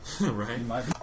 Right